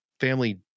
family